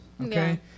Okay